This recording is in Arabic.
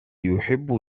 يحب